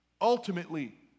Ultimately